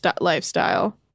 lifestyle